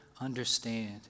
understand